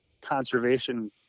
conservation